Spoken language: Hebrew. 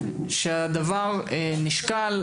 שהדבר נשקל,